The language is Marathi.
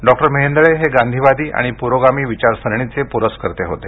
डॉक्टर मेहेंदळे हे गांधीवादी आणि पुरोगामी विचारसरणीचे पुरस्कर्ते होते